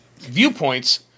Viewpoints